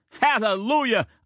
Hallelujah